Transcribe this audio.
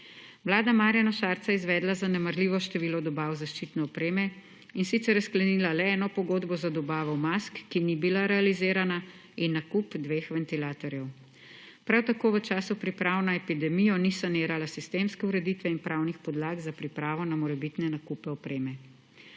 Vlada Marjana Šarca je izvedla zanemarljivo število dobav zaščitne opreme, in sicer je sklenila le eno pogodbo za dobavo mask, ki ni bila realizirana, in nakup dveh ventilatorjev. Prav tako v času priprav na epidemijo ni sanirala sistemske ureditve in pravnih podlag za pripravo na morebitne nakupe opreme.